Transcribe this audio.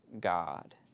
God